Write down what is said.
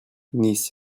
needs